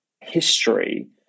history